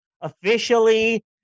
officially